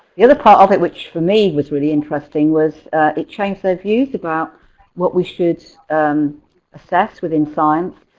the other part of it which for me was really interesting was it changed their views about what we should assess within science.